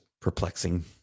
perplexing